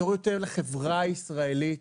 טוב יותר לחברה הישראלית.